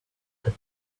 that